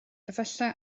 efallai